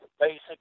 basic